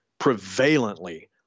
prevalently